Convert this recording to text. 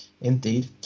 Indeed